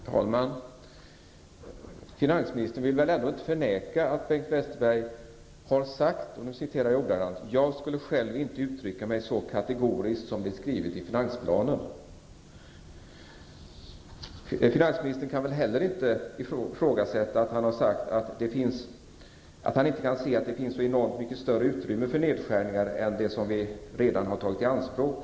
Herr talman! Finansministern vill väl ändå inte förneka att Bengt Westerberg har sagt: ''Jag skulle själv inte uttrycka mig så kategoriskt som det är skrivet i finansplanen.'' Finansministern kan väl heller inte ifrågasätta att han har sagt att han inte kan se att det finns så enormt mycket större utrymme för nedskärningar än det som man redan har tagit i anspråk.